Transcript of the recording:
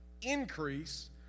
increase